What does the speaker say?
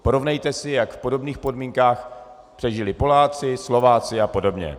Porovnejte si, jak v podobných podmínkách přežili Poláci, Slováci apod.